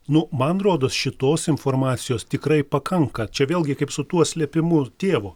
nu man rodos šitos informacijos tikrai pakanka čia vėlgi kaip su tuo slėpimu tėvo